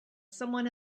someone